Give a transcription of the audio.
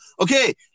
Okay